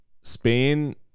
spain